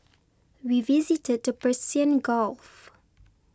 we visited the Persian Gulf